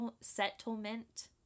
settlement